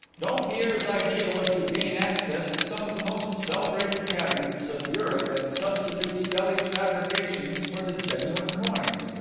dompierre's idea was to gain access to some of the most celebrated cabinets of europe and substitute stelli's fabrications for the genuine coins.